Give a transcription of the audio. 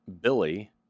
Billy